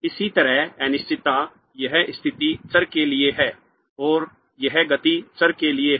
इसी तरह अनिश्चितता यह स्थिति चर के लिए है और यह गति चर के लिए है